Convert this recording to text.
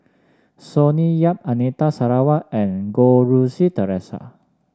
Sonny Yap Anita Sarawak and Goh Rui Si Theresa